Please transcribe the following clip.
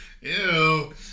ew